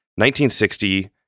1960